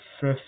fifth